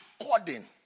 according